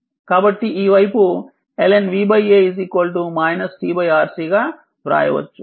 కాబట్టి ఈ వైపు lnvA tRC గా వ్రాయవచ్చు